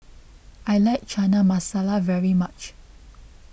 I like Chana Masala very much